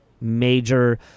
major